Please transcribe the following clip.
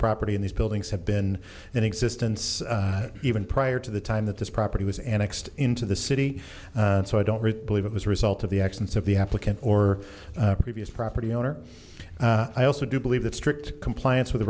property in these buildings have been in existence even prior to the time that this property was annexed into the city so i don't believe it was a result of the actions of the applicant or previous property owner i also do believe that strict compliance with